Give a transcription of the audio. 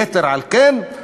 יתר על כן,